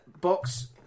box